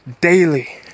daily